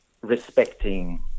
respecting